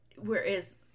whereas